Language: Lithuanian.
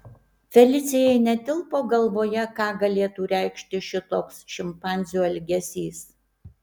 felicijai netilpo galvoje ką galėtų reikšti šitoks šimpanzių elgesys